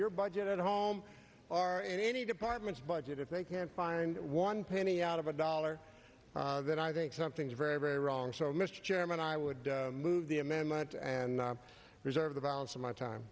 your budget at home are in any department budget if they can't find one penny out of a dollar then i think something's very very wrong so mr chairman i would move the amendment and reserve the balance of my time